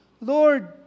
Lord